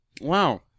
Wow